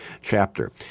chapter